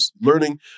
learning